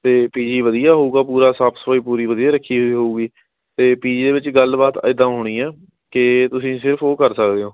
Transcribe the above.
ਅਤੇ ਪੀਜੀ ਵਧੀਆ ਹੋਵੇਗਾ ਪੂਰਾ ਸਾਫ ਸਫਾਈ ਪੂਰੀ ਵਧੀਆ ਰੱਖੀ ਹੋਈ ਹੋਵੇਗੀ ਅਤੇ ਪੀਜੀ ਦੇ ਵਿੱਚ ਗੱਲਬਾਤ ਇੱਦਾਂ ਹੋਣੀ ਆ ਕਿ ਤੁਸੀਂ ਸਿਰਫ ਉਹ ਕਰ ਸਕਦੇ ਹੋ